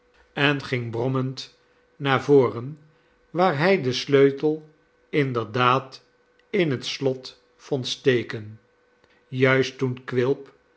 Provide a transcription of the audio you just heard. en ging brommend naar voren waar hij den sleutel inderdaad in het slot vond steken juist toen quilp